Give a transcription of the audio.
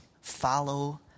follow